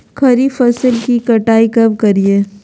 खरीफ फसल की कटाई कब करिये?